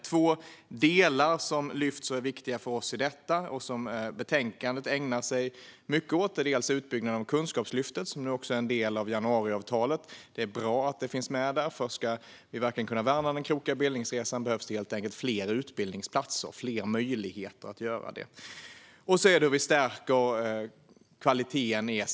Det finns särskilt två delar som är viktiga för oss när det gäller detta och som betänkandet behandlar mycket. Den ena är utbyggnaden av Kunskapslyftet som nu också är en del av januariavtalet. Det är bra att detta finns med där, för ska vi verkligen kunna värna den krokiga bildningsresan behövs det helt enkelt fler utbildningsplatser och fler möjligheter att utbilda sig. Den andra delen är att vi stärker kvaliteten i sfi.